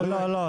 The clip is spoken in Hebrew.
לא, לא.